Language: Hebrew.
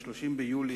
ב-30 ביולי,